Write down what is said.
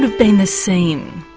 ah been the scene,